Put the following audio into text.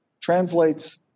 translates